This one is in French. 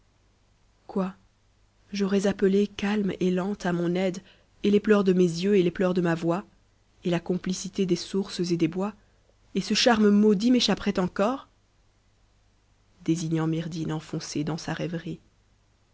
quoi j'aurais appelé calme et lente à mon aide et les pleurs de mes yeux et les pleurs de ma voix et la complicité des sources et des bois e ce charme maudit m'échapperait encore